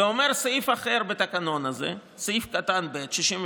ואומר סעיף אחר בתקנון הזה, סעיף 62(ב)(1):